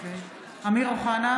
(קוראת בשמות חברי הכנסת) אמיר אוחנה,